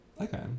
Okay